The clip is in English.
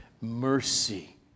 mercy